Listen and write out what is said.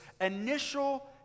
initial